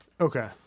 okay